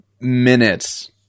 minutes